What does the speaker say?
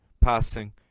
passing